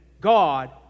God